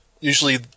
usually